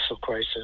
crisis